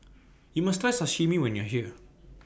YOU must Try Sashimi when YOU Are here